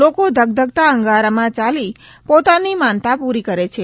લોકો ધગધગતા અંગારા મા ચાલિ પોતાની માનતા પુરી કરે છે